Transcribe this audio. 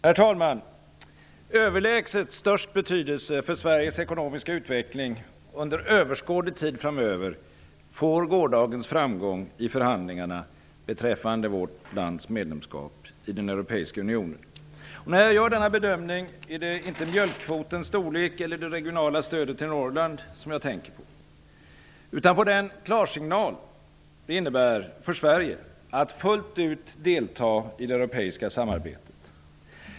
Herr talman! Överlägset störst betydelse för Sveriges ekonomiska utveckling under överskådlig tid framöver får gårdagens framgång i förhandlingarna beträffande vårt lands medlemskap i den europeiska unionen. När jag gör denna bedömning är det inte mjölkkvotens storlek eller det regionala stödet till Norrland som jag tänker på. I stället tänker jag på den klarsignal som det innebär för Sverige att fullt ut delta i det europeiska samarbetet.